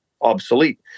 obsolete